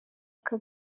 aka